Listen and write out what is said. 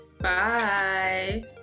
Bye